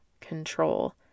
control